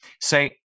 say